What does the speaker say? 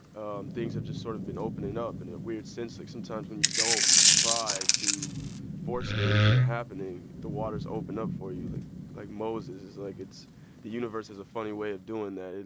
um things have just sort of been opening ah up and in a weird sense. like sometimes when you don't try to force things into happening, the waters open up for you like like moses. it's like it's the universe has a funny way of doing that.